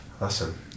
Awesome